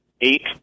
eight